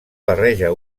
barreja